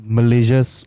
Malaysia's